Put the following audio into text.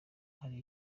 hari